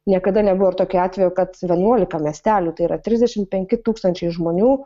niekada nebuvo ir tokio atvejo kad vienuolika miestelių tai yra trisdešimt penki tūkstančiai žmonių